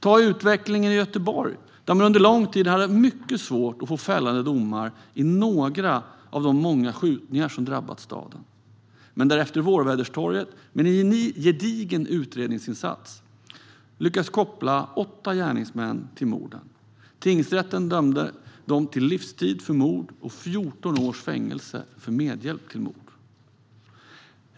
Ta utvecklingen i Göteborg, där man under lång tid hade mycket svårt att få fällande domar i de många skjutningar som drabbat staden. Men efter Vårväderstorget lyckades man i en gedigen utredningsinsats koppla åtta gärningsmän till morden. Tingsrätten dömde dem till livstid för mord och till 14 års fängelse för medhjälp till mord.